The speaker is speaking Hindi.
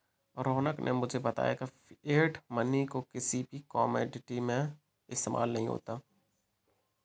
रौनक ने मुझे बताया की फिएट मनी को किसी भी कोमोडिटी में इस्तेमाल नहीं होता है